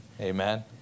Amen